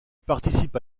participe